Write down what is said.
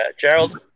Gerald